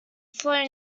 slow